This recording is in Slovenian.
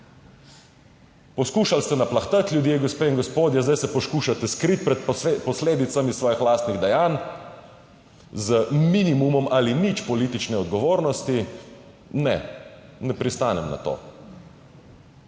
Poskušali s naplahtati ljudi, gospe in gospodje, zdaj se poskušate skriti pred posledicami svojih lastnih dejanj z minimumom ali nič politične odgovornosti. Ne, ne pristanem na to.